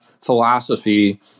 philosophy